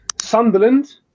Sunderland